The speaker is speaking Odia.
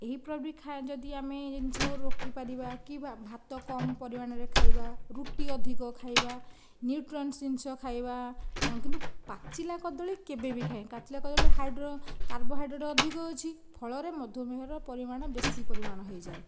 ଏହି ପ୍ରବି ଖାଉ ଯଦି ଆମେ ଜିନିଷ ରୋକି ପାରିବା କି ବା ଭାତ କମ୍ ପରିମାଣରେ ଖାଇବା ରୁଟି ଅଧିକ ଖାଇବା ନିଉଟ୍ରାନ୍ସ ଜିନିଷ ଖାଇବା କିନ୍ତୁ ପାଚିଲା କଦଳୀ କେବେବି ଖାଇବା ପାଚିଲା କଦଳୀରେ ହାଇଡ଼୍ର କାର୍ବହାଇଡ଼୍ରେଟ୍ ଅଧିକ ଅଛି ଫଳରେ ମଧୁମେହର ପରିମାଣ ବେଶୀ ପରିମାଣ ହୋଇଯାଏ